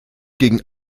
gegen